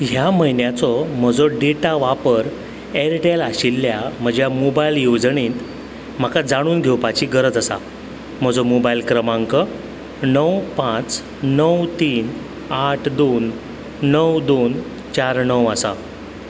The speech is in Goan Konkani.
ह्या म्हयन्याचो म्हजो डेटा वापर एअरटेल आशिल्ल्या म्हज्या मोबायल येवजणेंत म्हाका जाणून घेवपाची गरज आसा म्हजो मोबायल क्रमांक णव पांच णव तीन आठ दोन णव दोन चार णव आसा